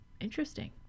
Interesting